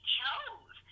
chose